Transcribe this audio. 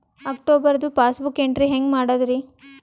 ಅಕ್ಟೋಬರ್ದು passbook entry ಹೆಂಗ್ ಮಾಡದ್ರಿ?